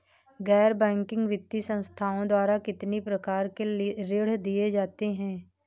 गैर बैंकिंग वित्तीय संस्थाओं द्वारा कितनी प्रकार के ऋण दिए जाते हैं?